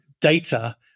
data